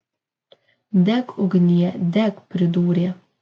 dek ugnie dek pridūrė